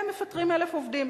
והם מפטרים 1,000 עובדים.